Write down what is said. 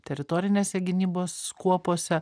teritorinėse gynybos kuopose